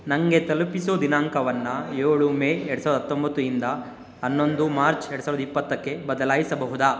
ನಂಗೆ ತಲುಪಿಸೋ ದಿನಾಂಕವನ್ನು ಏಳು ಮೇ ಎರ್ಡು ಸಾವಿರದ ಹತ್ತೊಂಬತ್ತು ಇಂದ ಹನ್ನೊಂದು ಮಾರ್ಚ್ ಎರಡು ಸಾವಿರದ ಇಪ್ಪತ್ತಕ್ಕೆ ಬದಲಾಯಿಸಬಹುದೇ